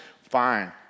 fine